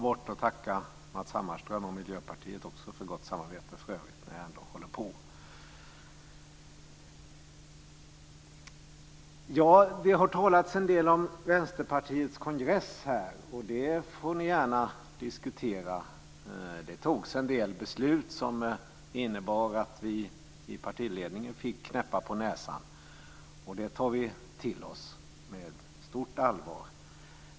Dessutom vill jag instämma i det Jan Bergqvist har sagt i denna talarstol. Det har talats en del om Vänsterpartiets kongress. Den får ni gärna diskutera. Det fattades en del beslut som innebar att vi i partiledningen fick knäppar på näsan. Det tar vi till oss med stort allvar.